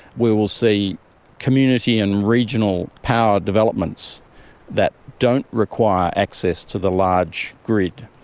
we will see community and regional power developments that don't require access to the large grid.